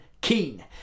Keen